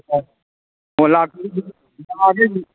ꯑꯥ ꯑꯣ ꯂꯥꯛꯑꯒꯦ ꯑꯗꯨꯝ